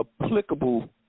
applicable